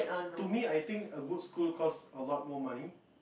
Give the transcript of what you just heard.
to me I think that a good school costs a lot more money